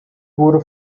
wurde